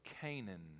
Canaan